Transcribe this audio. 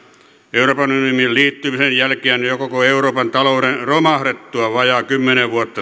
euroopan unioniin liittymisen jälkeen ja koko euroopan talouden romahdettua vajaat kymmenen vuotta